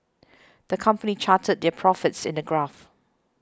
the company charted their profits in a graph